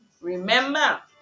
remember